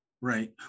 Right